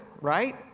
right